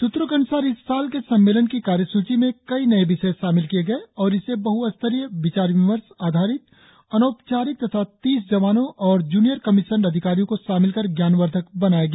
सूत्रों के अन्सार इस साल के सम्मेलन की कार्यसूची में कई नए विषय शामिल किये गये और इसे बहस्तरीय विचार विमर्श आधारित अनौपचारिक तथा तीस जवानों और जूनियर कमीशंड अधिकारियों को शामिल कर ज्ञानवर्धक बनाया गया